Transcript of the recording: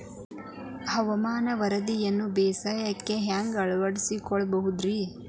ಹವಾಮಾನದ ವರದಿಯನ್ನ ಬೇಸಾಯಕ್ಕ ಹ್ಯಾಂಗ ಅಳವಡಿಸಿಕೊಳ್ಳಬಹುದು ರೇ?